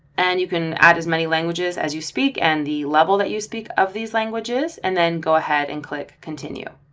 and you can add as many languages as you speak and the level that you speak of these languages, and then go ahead and click continue.